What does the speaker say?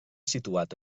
situat